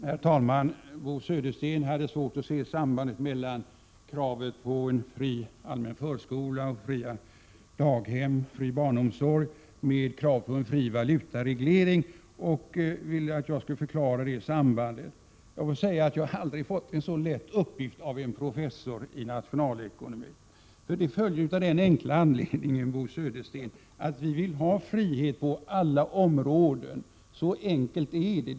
Herr talman! Bo Södersten hade svårt att se sambandet mellan kravet på en fri allmän förskola, fria daghem, fri barnomsorg och kravet på en fri valutamarknad. Han ville att jag skulle förklara det sambandet. Jag har aldrig fått en så lätt uppgift av en professor i nationalekonomi. Sambandet uppstår, Bo Södersten, av den enkla anledningen att vi vill ha frihet på alla områden. Så enkelt är det.